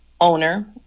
owner